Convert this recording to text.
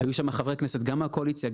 היו שם חברי כנסת גם מהקואליציה,